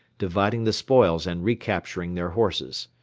dividing the spoils and recapturing their horses.